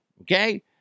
Okay